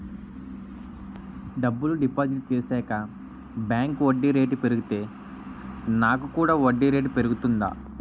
డబ్బులు డిపాజిట్ చేశాక బ్యాంక్ వడ్డీ రేటు పెరిగితే నాకు కూడా వడ్డీ రేటు పెరుగుతుందా?